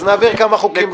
אז נעביר בינתיים כמה חוקים.